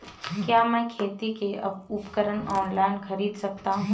क्या मैं खेती के उपकरण ऑनलाइन खरीद सकता हूँ?